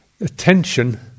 attention